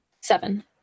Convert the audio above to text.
Seven